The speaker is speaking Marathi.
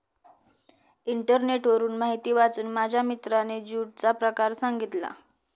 इंटरनेटवरून माहिती वाचून माझ्या मित्राने ज्यूटचा प्रकार सांगितला